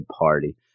party